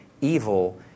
evil